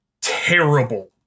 terrible